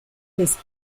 his